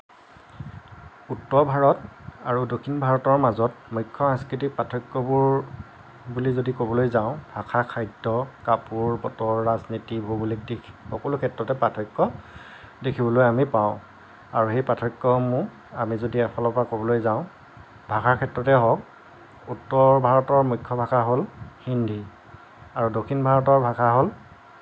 উত্তৰ ভাৰত আৰু দক্ষিণ ভাৰতৰ মাজত মুখ্য সাংস্কৃতিক পাৰ্থক্যবোৰ বুলি যদি ক'বলৈ যাওঁ ভাষা খাদ্য কাপোৰ বতৰ ৰাজনীতি ভৌগোলিক দিশ সকলো ক্ষেত্ৰতে পাৰ্থক্য দেখিবলৈ আমি পাওঁ আৰু সেই পাৰ্থক্যসমূহ আমি যদি এফালৰ পৰা ক'বলৈ যাওঁ ভাষাৰ ক্ষেত্ৰতে হওক উত্তৰ ভাৰতৰ মুখ্য ভাষা হ'ল হিন্দী আৰু দক্ষিণ ভাৰতৰ ভাষা হ'ল